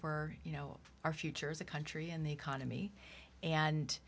for you know our future as a country and the economy and